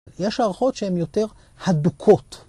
‫יש הערכות שהן יותר הדוקות.